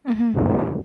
mmhmm